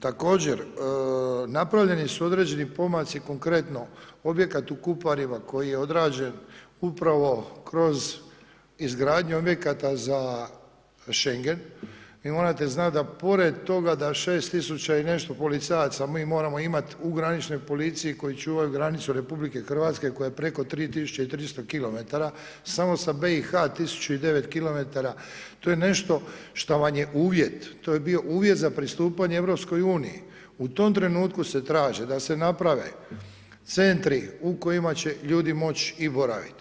Također, napravljeni su određeni pomaci, konkretno objekat u Kuparima koji odrađen upravo kroz izgradnju objekata za Schengen, vi morate znati da pored toga da 6 000 i nešto policajaca mi moramo imati u graničnoj policiji koji čuvaju granicu RH koja je preko 3 300 km, samo sa BiH-a 1 009 km, to je nešto šta vam je uvjet, to je bio uvjet za pristupanje u EU, u tom trenutku se traži da se naprave centri u kojima će ljudi moći i boraviti.